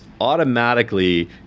automatically